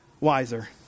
wiser